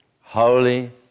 holy